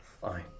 fine